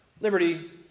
liberty